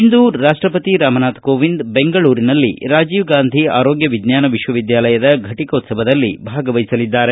ಇಂದು ರಾಷ್ಷಪತಿ ರಾಮನಾಥ್ ಕೋವಿಂದ್ ಬೆಂಗಳೂರಿನಲ್ಲಿ ರಾಜೀವ್ ಗಾಂಧಿ ಆರೋಗ್ಯ ವಿಜ್ವಾನ ವಿಶ್ವವಿದ್ಯಾಲಯದ ಘಟಕೋತ್ಸವದಲ್ಲಿ ಭಾಷಣ ಮಾಡಲಿದ್ದಾರೆ